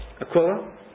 Aquila